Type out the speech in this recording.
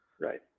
Right